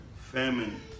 famine